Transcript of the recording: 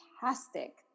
fantastic